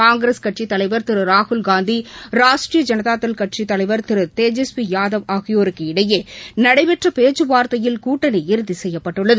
காங்கிரஸ் கட்சித்தலைவர் திரு ராகுல்காந்தி ராஷ்ட்ரிய ஜனதாதள் கட்சித் தலைவர் திரு தேஜஸ்வி யாதவ் ஆகியோருக்கு இடையே நடைபெற்ற பேச்சு வார்த்தையில் கூட்டணி இறுதி செய்யப்பட்டுள்ளது